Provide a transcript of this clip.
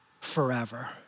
forever